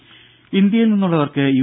ദേദ ഇന്ത്യയിൽ നിന്നുള്ളവർക്ക് യു